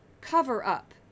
cover-up